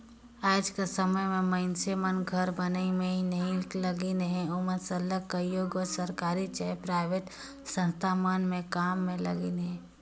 आएज कर समे में मइनसे मन घर बनई में ही नी लगिन अहें ओमन सरलग कइयो गोट सरकारी चहे पराइबेट संस्था मन में काम में लगिन अहें